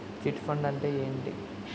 Chit fund అంటే ఏంటి?